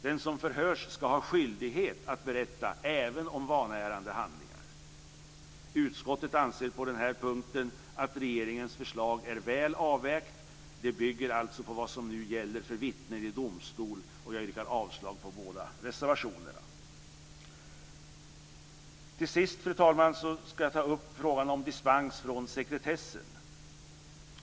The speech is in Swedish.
Den som förhörs ska ha skyldighet att berätta även om vanärande handlingar. Utskottet anser på denna punkt att regeringens förslag är väl avvägt. Det bygger på vad som nu gäller för vittnen i domstol. Jag yrkar avslag på båda reservationerna. Fru talman! Till sist ska jag ta upp frågan om dispens från sekretessen.